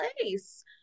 place